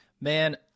Man